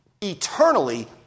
eternally